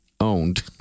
owned